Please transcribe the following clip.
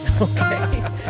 Okay